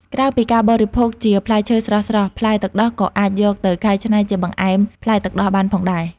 ក្រៅពីការបរិភោគជាផ្លែឈើស្រស់ៗ ផ្លែទឹកដោះក៏អាចយកទៅកែច្នៃជាបង្អែមផ្លែទឹកដោះបានផងដែរ។